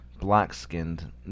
black-skinned